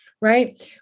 Right